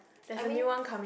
I mean